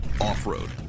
Off-road